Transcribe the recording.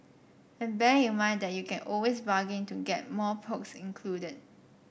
and bear in mind that you can always bargain to get more perks included in